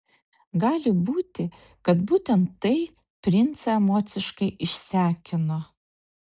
gali būti kad būtent tai princą emociškai išsekino